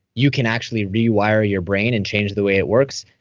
you can actually rewire your brain and change the way it works,